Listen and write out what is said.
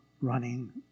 running